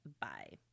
Bye